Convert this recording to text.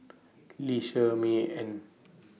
Lee Shermay and